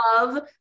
love